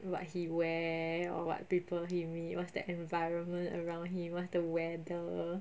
what he wear or what people he meet what's the environment around him what's the weather